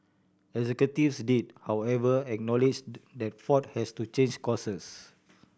executives did however acknowledge that Ford has to change courses